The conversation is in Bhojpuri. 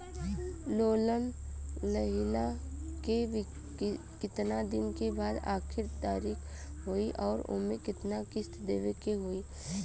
लोन लेहला के कितना दिन के बाद आखिर तारीख होई अउर एमे कितना किस्त देवे के होई?